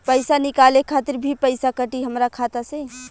पईसा निकाले खातिर भी पईसा कटी हमरा खाता से?